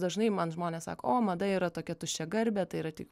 dažnai man žmonės sako o mada yra tokia tuščiagarbė tai yra tik